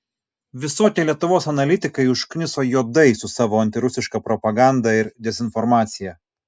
visokie lietuvos analitikai užkniso juodai su savo antirusiška propaganda ir dezinformacija